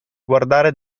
guardare